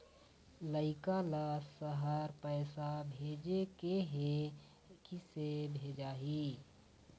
लइका ला शहर पैसा भेजें के हे, किसे भेजाही